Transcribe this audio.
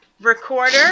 Recorder